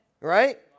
right